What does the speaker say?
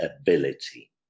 ability